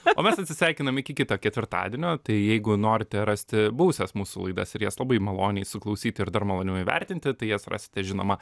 o mes atsisveikinom iki kito ketvirtadienio tai jeigu norite rasti buvusias mūsų laidas ir jas labai maloniai suklausyti ir dar maloniau įvertinti tai jas rasite žinoma